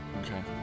Okay